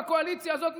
בקואליציה הזאת,